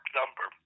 number